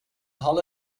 halle